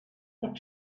what